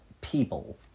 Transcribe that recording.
people